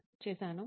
Tech చేశాను